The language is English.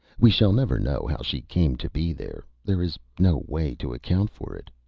we shall never know how she came to be there there is no way to account for it.